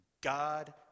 God